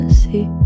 see